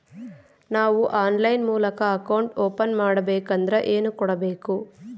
ನಾವು ಆನ್ಲೈನ್ ಮೂಲಕ account open ಮಾಡಬೇಂಕದ್ರ ಏನು ಕೊಡಬೇಕು?